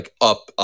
up